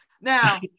Now